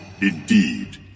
Indeed